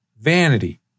vanity